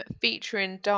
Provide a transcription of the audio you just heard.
featuring